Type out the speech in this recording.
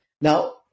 Now